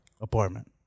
apartment